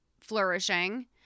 flourishing